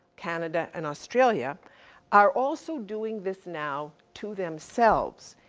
canada, and australia are also doing this now to themselves.